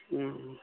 हँ